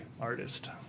artist